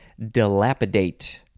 dilapidate